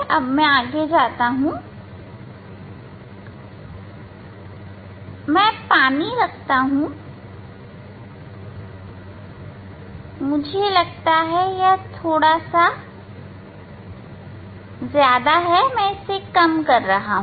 अब मैं आगे जाता हूं मैं पानी रखता हूं मैं पानी रखता हूं तो अब मुझे लगता है मैं थोड़ा सा कम कर रहा हूं